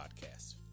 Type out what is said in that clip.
Podcast